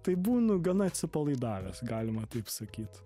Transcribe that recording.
taip būnu gana atsipalaidavęs galima taip sakyt